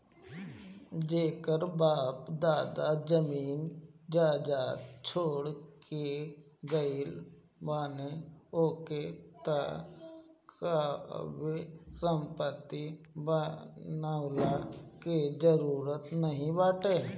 जेकर बाप दादा जमीन जायदाद छोड़ के गईल बाने ओके त कवनो संपत्ति बनवला के जरुरत नाइ बाटे